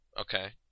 Okay